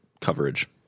coverage